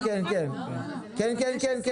כן, כן.